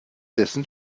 dessen